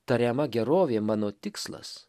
tariama gerovė mano tikslas